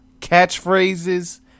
catchphrases